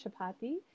chapati